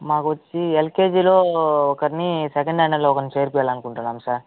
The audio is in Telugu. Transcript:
మాకొచ్చి ఎల్కేజిలో ఒకరిని సెకండ్ స్టాండర్డ్లో ఒకరిని చేర్పియ్యాలి అనుకుంటున్నాం సార్